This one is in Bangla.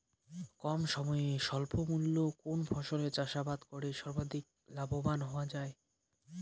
কম সময়ে স্বল্প মূল্যে কোন ফসলের চাষাবাদ করে সর্বাধিক লাভবান হওয়া য়ায়?